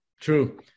True